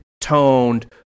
toned